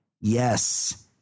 Yes